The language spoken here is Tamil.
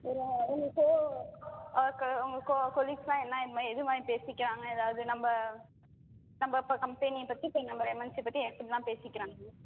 வேறு உங்கள் கொ க உங்கள் கொ கொலீக்ஸுலாம் என்ன இந்த மாதிரி எது மாதிரி பேசிக்கிறாங்க ஏதாவது நம்ம நம்ம இப்போ கம்பெனியை பற்றி இப்போ நம்ம எம்என்சியை பற்றி எப்படில்லாம் பேசிக்கிறாங்க வெளியே